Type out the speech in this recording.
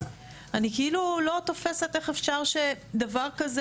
אני כאילו לא תופסת איך אפשר שדבר כזה